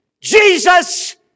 Jesus